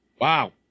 Wow